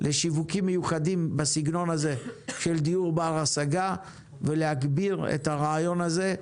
לשיווקים מיוחדים בסגנון הזה של דיור בר השגה ולהגביר את הרעיון הזה,